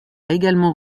également